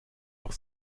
doch